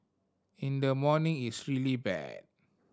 in the morning it's really bad